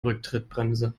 rücktrittbremse